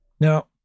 Now